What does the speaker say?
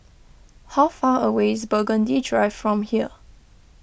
how far away is Burgundy Drive from here